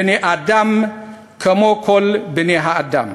בני-אדם כמו כל בני-האדם.